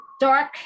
dark